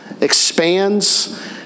expands